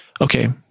okay